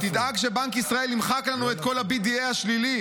תדאג שבנק ישראל ימחק לנו את כל ה-BDI השלילי,